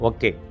Okay